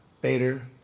Bader